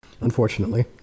unfortunately